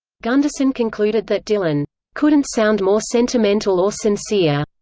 gundersen concluded that dylan couldn't sound more sentimental or sincere.